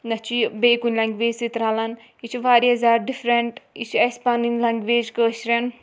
نَہ چھِ یہِ بیٚیہِ کُنہِ لٮ۪نٛگویج سۭتۍ رَلان یہِ چھِ واریاہ زیادٕ ڈِفرنٛٹ یہِ چھِ اَسہِ پَنٕنۍ لٮ۪نٛگویج کٲشرٮ۪ن